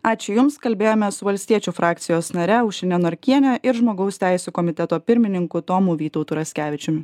ačiū jums kalbėjomės valstiečių frakcijos nare aušrine norkiene ir žmogaus teisių komiteto pirmininku tomu vytautu raskevičiumi